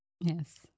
Yes